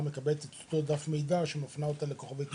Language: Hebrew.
מקבלת את דך המידע שמפנה אותה ל-0120*.